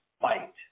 fight